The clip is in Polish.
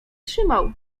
trzymał